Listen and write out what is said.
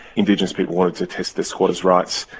indigenous people wanted to test their squatters' rights,